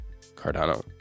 cardano